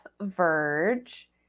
Verge